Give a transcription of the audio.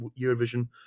eurovision